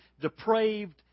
depraved